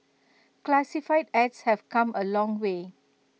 classified ads have come A long way